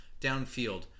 downfield